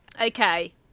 Okay